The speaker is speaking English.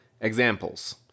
examples